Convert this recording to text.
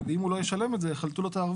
ואם הוא לא ישלם את זה יחלטו לו את הערבות.